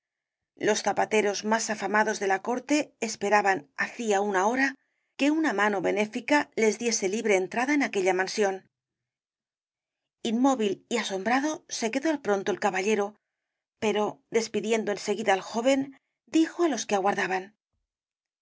los zapateros más afamados de la corte esperaban hacía una hora que una mano benéfica les diese libre entrada en aquella mansión inmóvil y asombrado se quedó al pronto el caballero pero despidiendo en seguida al joven dijo á los los que aguardaban